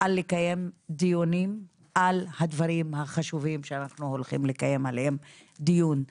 על לקיים דיונים על הדברים החשובים שאנחנו הולכים לקיים עליהם דיון.